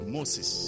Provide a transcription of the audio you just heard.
Moses